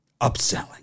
upselling